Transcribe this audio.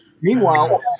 meanwhile